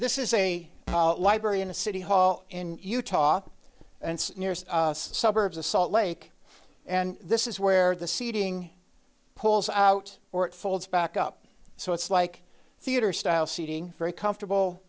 this is a library in a city hall in utah and near suburbs of salt lake and this is where the seating pulls out or it folds back up so it's like theater style seating very comfortable